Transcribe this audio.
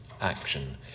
action